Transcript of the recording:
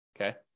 Okay